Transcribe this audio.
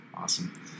Awesome